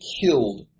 killed